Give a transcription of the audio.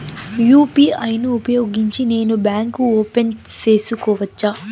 UPI ను ఉపయోగించి నేను బ్యాంకు ఓపెన్ సేసుకోవచ్చా?